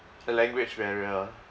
the language barrier